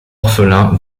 orphelins